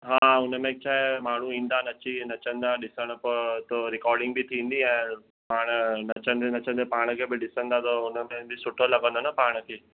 हा हुन में छा आए माण्हूं ईंदानि अची नचंदा ॾिसणु पोइ थो रिकोर्डिंग बि थींदी ऐं पाण नचंदे नचंदे पाण खे बि ॾिसंदा त हुनमें बि सुठो लॻंदो न पाण खे